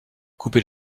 couper